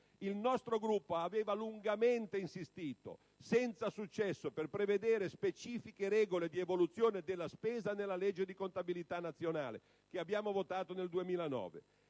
Il nostro Gruppo aveva lungamente insistito senza successo per prevedere specifiche regole di evoluzione della spesa nella legge di contabilità nazionale che abbiamo votato nel 2009.